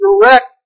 direct